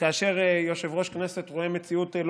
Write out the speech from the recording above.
שכאשר יושב-ראש כנסת רואה מציאות לא